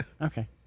Okay